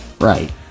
Right